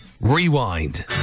rewind